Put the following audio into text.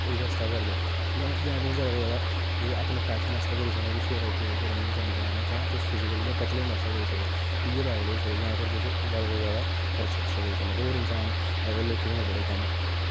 एह्दे आस्तै गै करदे जां जां तुस जादा कोला जादा अपने पैशन आस्तै करी सकने कि सवेरे उट्ठियै तुस रनिंग करने जा ने कैंह् तुस फिजीकली जां पतले होने आस्तै जाई सकने इ'यै लैवल होई सकदा जां फिर तुस जादा कोला जादा भर्थी आस्तै जाई सकने होर इंसान अज्ज कल लोकें होर बड़े कम्म